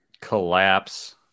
collapse